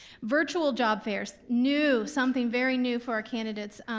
virtual job fairs, new, something very new for our candidates,